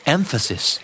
Emphasis